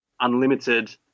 unlimited